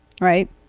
right